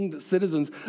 citizens